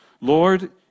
Lord